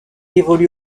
évolue